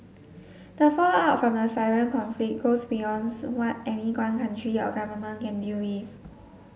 the fallout from the Syrian conflict goes beyonds what any one country or government can deal with